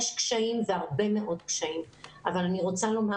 יש קשיים והרבה מאוד קשיים אבל אני רוצה לומר